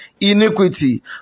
iniquity